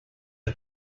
are